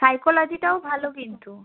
সাইকোলজিটাও ভালো কিন্তু